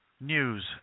news